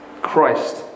Christ